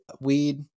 weed